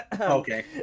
Okay